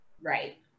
Right